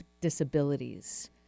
disabilities